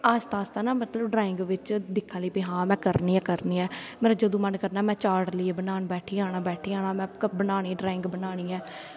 आस्ता आस्ता ना मतलब ड्राईंग बिच्च दिक्खा दी ही हां भाई में करनी ऐ करनी ऐ मतलब जदूं मन करना में चार्ट लेइयै बनान बैठी जाना बैठी जाना में बनानी ड्राईंग बनानी ऐ